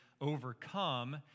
overcome